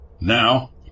Now